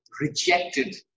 rejected